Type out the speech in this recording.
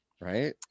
right